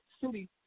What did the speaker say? City